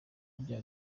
bya